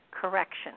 correction